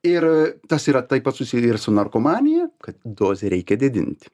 ir tas yra taip pat susiję su narkomanija kad dozę reikia didint